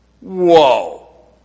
Whoa